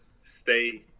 stay